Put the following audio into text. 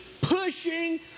pushing